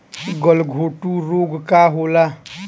गलघोंटु रोग का होला?